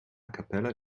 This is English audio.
capella